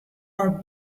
our